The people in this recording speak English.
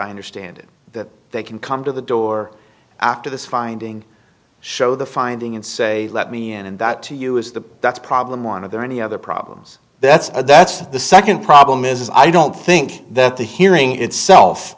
i understand it that they can come to the door after this finding show the finding and say let me and that to you is the that's problem one of the any other problems that's that's the second problem is i don't think that the hearing itself